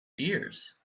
years